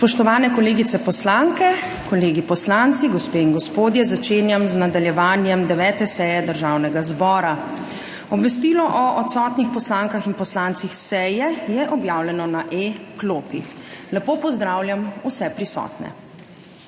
Spoštovani kolegice poslanke, kolegi poslanci, gospe in gospodje! Začenjam z nadaljevanjem 9. seje Državnega zbora. Obvestilo o odsotnih poslankah in poslancih s seje je objavljeno na e-klopi. Lepo pozdravljam vse prisotne!